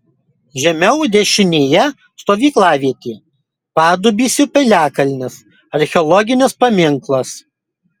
žemiau dešinėje stovyklavietė padubysio piliakalnis archeologinis paminklas